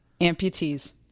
Amputees